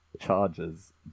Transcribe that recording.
charges